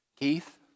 Keith